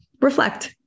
reflect